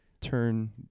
turn